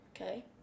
Okay